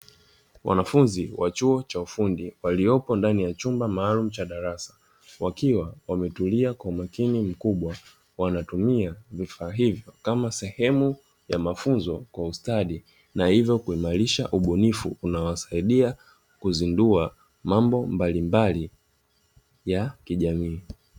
Wanafunzi wa chuo cha ufundi waliopo ndani ya chumba maalumu cha darasa, wakiwa wametulia kwa umakini mkubwa, wanatumia vifaa hivyo kama sehemu ya mafunzo kwa ustadi na hivyo kuimarisha ubunifu unaowasaidia kuzindua mambo mbalimbali ya kijamii.